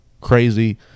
Crazy